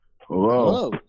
HELLO